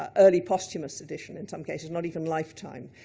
ah early posthumous edition, in some cases, not even lifetime.